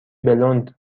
بلوند